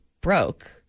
broke